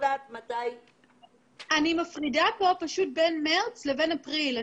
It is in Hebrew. אני מפרידה בין מרץ לאפריל.